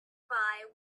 pie